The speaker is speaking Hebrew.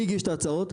מי הגיש את ההצעות?